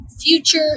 future